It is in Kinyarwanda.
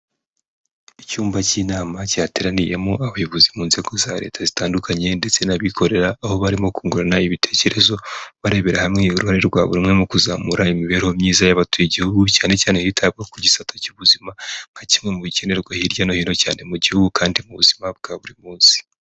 Icyumba cy'inama cyateraniyemo abayobozi mu nzego za leta zitandukanye ndetse n'abikorera aho barimo kungurana ibitekerezo barebera hamwe uruhare rwa buri rumwe mu kuzamura imibereho myiza y'abatuye igihugu cyane cyane hitabwa ku gisata cy'ubuzima nka kimwe mu bikenerwa hirya no hino cyane mu gihugu kandi mu buzima bwa buri munsi.